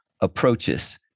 approaches